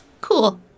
Cool